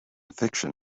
fiction